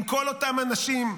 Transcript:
עם כל אותם אנשים.